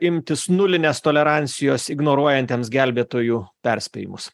imtis nulinės tolerancijos ignoruojantiems gelbėtojų perspėjimus